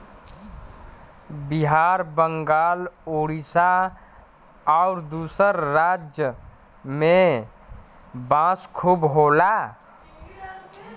बिहार बंगाल उड़ीसा आउर दूसर राज में में बांस खूब होला